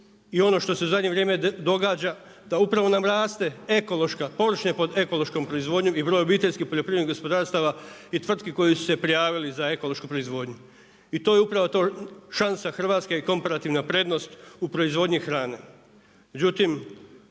i ono što se u zadnje vrijeme događa da upravo nam raste ekološka, površine pod ekološkom proizvodnjom i broj obiteljskih poljoprivrednih gospodarstava i tvrtki koje su se prijavile za ekološku proizvodnju. I to je upravo to šansa Hrvatske i komparativna prednost u proizvodnji hrane.